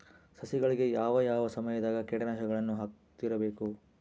ಸಸಿಗಳಿಗೆ ಯಾವ ಯಾವ ಸಮಯದಾಗ ಕೇಟನಾಶಕಗಳನ್ನು ಹಾಕ್ತಿರಬೇಕು?